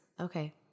okay